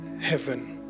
heaven